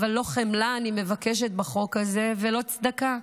אבל לא חמלה אני מבקשת בחוק הזה ולא צדקה,